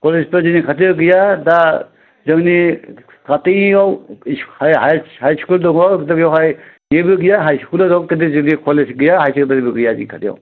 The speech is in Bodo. कलेजफोरा जोंनि खाथियाव गैया दा जोंनि खाथियाव हाइस्कुल दङ बेवहाय एम इ बो गैया हाइस्कुलल' दं खिन्थु जोंनिया कलेज गैया हायार सेकेन्दारिबो गैया जोंनि खाथियाव